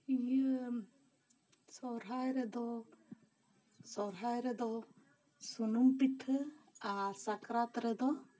ᱤᱭᱟᱹ ᱥᱚᱨᱦᱟᱭ ᱨᱮᱫᱚ ᱥᱚᱨᱦᱟᱭ ᱨᱮᱫᱚ ᱥᱩᱱᱩᱢ ᱯᱤᱴᱷᱟᱹ ᱟᱨ ᱥᱟᱠᱨᱟᱛ ᱨᱮᱫᱚ